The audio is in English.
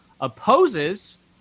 opposes